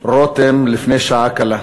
רותם לפני שעה קלה.